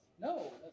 No